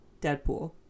Deadpool